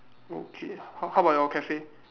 okay how how about your cafe